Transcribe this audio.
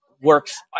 works